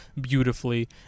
beautifully